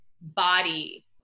body